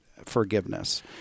forgiveness